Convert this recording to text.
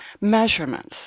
measurements